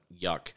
yuck